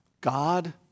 God